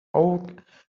awakened